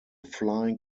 flying